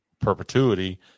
perpetuity